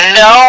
no